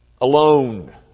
alone